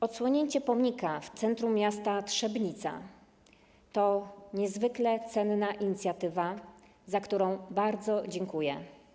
Odsłonięcie pomnika w centrum miasta Trzebnica to niezwykle cenna inicjatywa, za którą bardzo dziękuję.